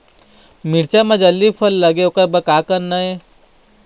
मिरचा म जल्दी फल लगे ओकर बर का करना ये?